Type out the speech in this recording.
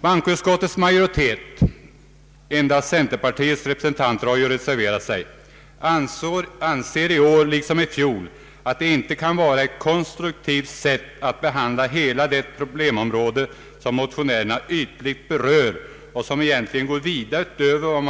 Bankoutskottets majoritet — endast centerpartiets representanter har reserverat sig — anser i år liksom i fjol att det inte kan vara ett konstruktivt sätt att behandla hela det problemområde, som motionärerna ytligt berör och som egentligen går vida utöver vad